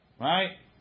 Right